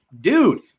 dude